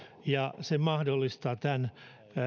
ja se mahdollistaa tämän